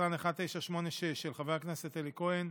של חבר הכנסת אלי כהן,